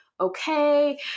okay